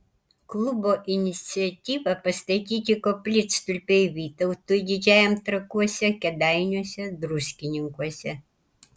klubo iniciatyva pastatyti koplytstulpiai vytautui didžiajam trakuose kėdainiuose druskininkuose